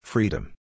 Freedom